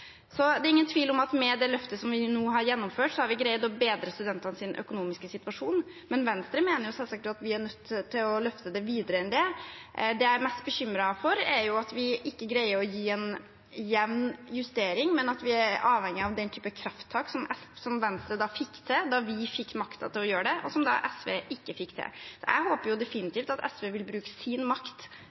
Det er ingen tvil om at med det løftet som vi nå har gjennomført, har vi greid å bedre studentenes økonomiske situasjon, men Venstre mener selvsagt at vi er nødt til å løfte den videre. Det jeg er mest bekymret for, er at vi ikke greier å gi en jevn justering, men at vi er avhengig av den typen krafttak som Venstre fikk til da vi fikk makten til å gjøre det, og som SV ikke fikk til. Jeg håper definitivt at SV vil bruke sin makt